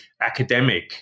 academic